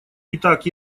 итак